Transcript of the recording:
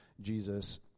Jesus